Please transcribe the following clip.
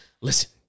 Listen